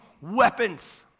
Weapons